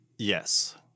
Yes